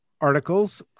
articles